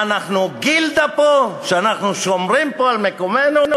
מה, אנחנו גילדה פה, שאנחנו שומרים פה על מקומנו?